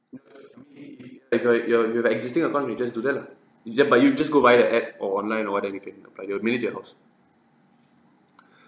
okay your you have existing account you just do that lah ya but you just go via the app or online or what you can but they'll mail it to your house